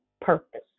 purpose